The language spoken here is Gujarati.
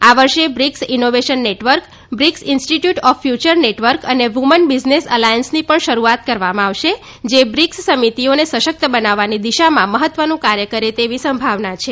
આ વર્ષે BRICS innovation network BRICS institute of future network અને વુમન બિઝનેસ અલાયન્સની પણ શરૂઆત કરવામાં આવશે જે બ્રિક્સ સમિતિઓને સશક્ત બનાવવાની દિશામાં મહત્વનું કાર્ય કરે તેવી સંભાવના છે